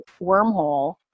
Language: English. wormhole